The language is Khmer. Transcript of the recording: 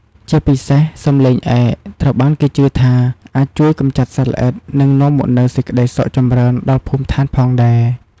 ជាពិសេស សំឡេងឯក ត្រូវបានគេជឿថា អាចជួយកម្ចាត់សត្វល្អិត និងនាំមកនូវសេចក្តីសុខចម្រើនដល់ភូមិឋានផងដែរ។